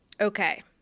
Okay